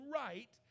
right